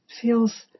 feels